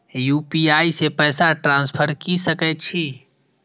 UPI से पैसा transfer की सके छी?